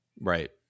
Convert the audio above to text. Right